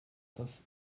das